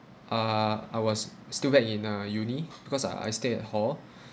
ah I was still back in uh uni because I I stay at hall